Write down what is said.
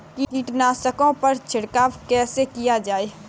कीटनाशकों पर छिड़काव कैसे किया जाए?